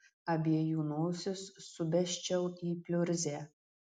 abiejų nosis subesčiau į pliurzę